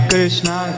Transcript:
Krishna